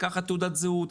לקחת תעודת זהות,